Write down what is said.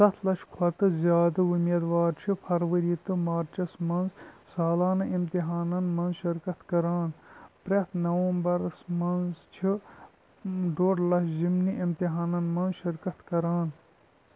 سَتھ لَچھ کھۄتہٕ زِیادٕ وۄمیدوار چھِ فروری تہٕ مارٕچَس منٛز سالانہٕ اِمتحانَن منٛز شِرکت کَران پرٛٮ۪تھ نومبرَس منٛز چھِ ڈۄڈ لَچھ ضِمنی اِمتحانَن منٛز شِرکت کَران